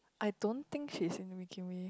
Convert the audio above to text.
I don't think she's mimicking me